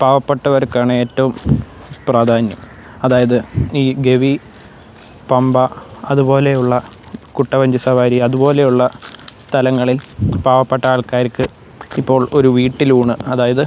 പാവപ്പെട്ടവർക്കാണ് ഏറ്റവും പ്രാധാന്യം അതായത് ഈ ഗവി പമ്പ അതുപോലെ ഉള്ള കുട്ടവഞ്ചി സവാരി അതുപോലെ ഉള്ള സ്ഥലങ്ങളിൽ പാവപ്പെട്ട ആൾക്കാർക്ക് ഇപ്പോൾ ഒരു വീട്ടിലൂണ് അതായത്